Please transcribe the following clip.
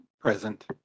present